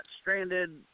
stranded